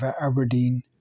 Aberdeen